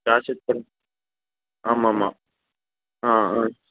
cross check பண் ஆமாம் ஆமாம் ஆ ஆ